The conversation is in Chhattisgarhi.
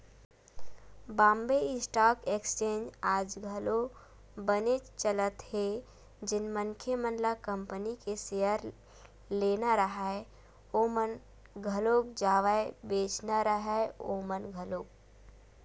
बॉम्बे स्टॉक एक्सचेंज आज घलोक बनेच चलत हे जेन मनखे मन ल कंपनी के सेयर लेना राहय ओमन घलोक जावय बेंचना राहय ओमन घलोक